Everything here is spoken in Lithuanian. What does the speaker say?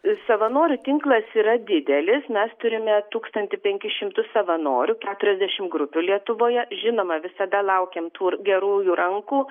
savanorių tinklas yra didelis mes turime tūkstantį penkis šimtus savanorių keturiasdešimt grupių lietuvoje žinoma visada laukiam tų gerųjų rankų